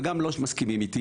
וגם לא מסכימים איתי,